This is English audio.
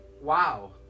Wow